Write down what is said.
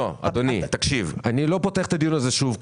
לא, אדוני, תקשיב, אני לא פותח את הדיון הזה שוב.